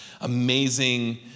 amazing